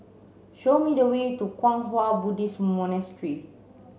show me the way to Kwang Hua Buddhist Monastery